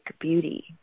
beauty